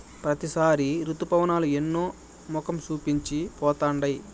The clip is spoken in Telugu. ప్రతిసారి రుతుపవనాలు ఎన్నో మొఖం చూపించి పోతుండాయి